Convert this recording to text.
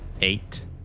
Eight